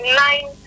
nine